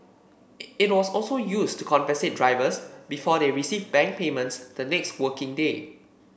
it was also used to compensate drivers before they received bank payments the next working day